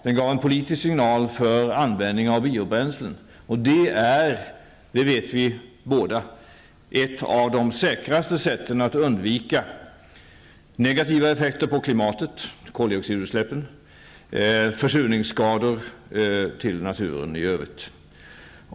Den gav en politisk signal för användning av biobränsle och det är, det vet vi båda, ett av de säkraste sätten att undvika negativa effekter på klimatet när det gäller koldioxidutsläppen och försurningsskador i naturen i övrigt.